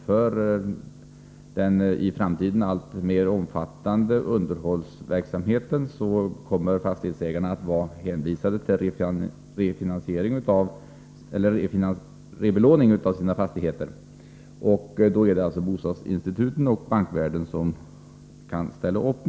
För den i framtiden alltmer omfattande underhållsverksamheten kommer fastighetsägarna att vara hänvisade till rebelåning av sina fastigheter, och då är det bostadsinstituten och bankvärlden som kan ställa upp.